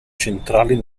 centrali